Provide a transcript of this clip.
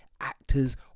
actors